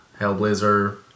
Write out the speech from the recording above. Hellblazer